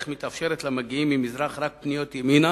מתאפשרות למגיעים ממזרח רק פניות ימינה,